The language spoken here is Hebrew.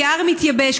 כי ההר מתייבש.